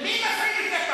מי מפעיל את איפא"ק?